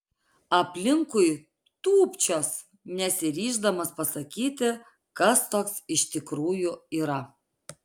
aplinkui tūpčios nesiryždamas pasakyti kas toks iš tikrųjų yra